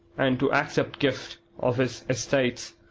and to accept gift of his estates,